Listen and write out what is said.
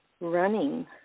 running